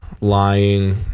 lying